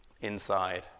inside